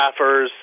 staffers